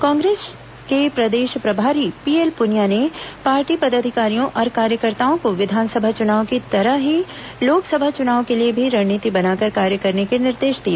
कांग्रेस के प्रदेश प्रभार्श पीएल पुनिया ने पार्टी पदाधिकारियों और कार्यकर्ताओं को विधानसभा चुनाव की तरह ही लोकसभा चुनाव के लिए भी रणनीति बनाकर कार्य करने के निर्देश दिए